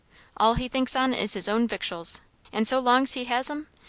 all he thinks on is his own victuals and so long's he has em,